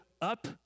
up